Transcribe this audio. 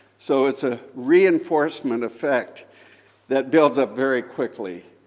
so it's a reinforcement effect that builds up very quickly,